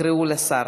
יקראו לשר.